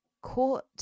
caught